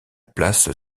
place